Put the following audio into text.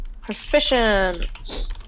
proficient